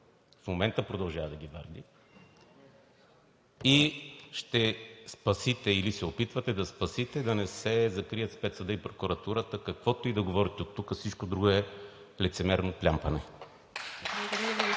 в момента продължава да ги варди, и ще спасите, или се опитвате да спасите, да не се закрият Спецсъдът и прокуратурата, каквото и да говорите оттук, всичко друго е лицемерно плямпане.